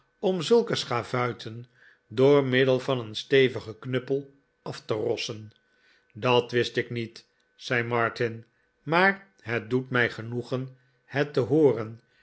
om zulke schavuiten door middel van een stevigen knuppel af te rossen dat wist ik niet zei martin maar het doet mij genoegen het te hooren